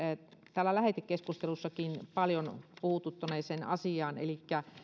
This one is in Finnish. täällä lähetekeskustelussakin paljon puhuttaneeseen asiaan elikkä